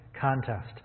contest